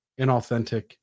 inauthentic